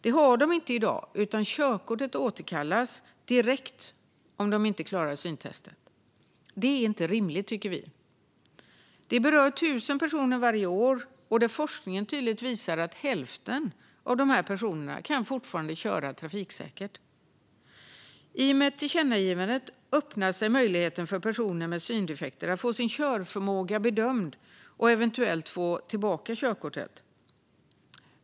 Det har de inte i dag, utan körkortet återkallas direkt om de inte klarar syntestet. Detta är inte rimligt, tycker vi. Det berör 1 000 personer varje år, men forskning visar tydligt att hälften fortfarande kan köra trafiksäkert. I och med tillkännagivandet öppnar sig möjligheten för personer med syndefekter att få sin körförmåga bedömd och eventuellt få tillbaka körkortet.